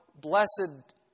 blessed